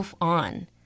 on